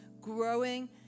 growing